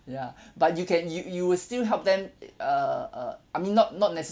ya but you can you you will still help them uh uh I mean not not necessarily